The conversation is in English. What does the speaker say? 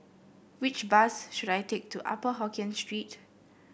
which bus should I take to Upper Hokkien Street